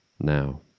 now